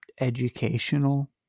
educational